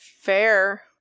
fair